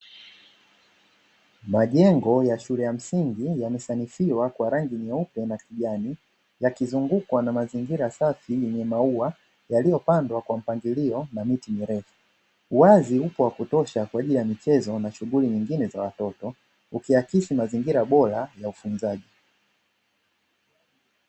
Majengo ya shule ya msingi yamesanifiwa kwa rangi nyeupe na kijani yakizungukwa na mazingira safi yenye maua yaliyopandwa kwa mpangilio na miti mirefu, uwazi upo wa kutosha kwaajili ya michezo na shughuli nyingine za watoto ukiakisi mazingira bora ya ufunzaji.